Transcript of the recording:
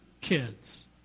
kids